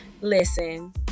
Listen